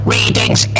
Readings